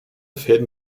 fäden